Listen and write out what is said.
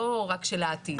לא רק של העתיד.